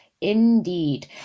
indeed